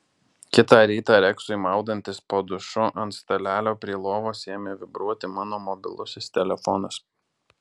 kitą rytą reksui maudantis po dušu ant stalelio prie lovos ėmė vibruoti mano mobilusis telefonas